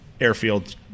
airfield